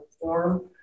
form